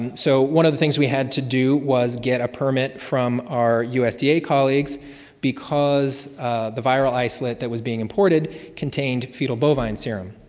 so, one of the things we had to do was get a permit from our usda colleagues because the viral islet that was being imported contained fetal bovine serum.